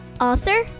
author